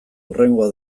hurrengoa